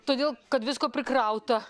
todėl kad visko prikrauta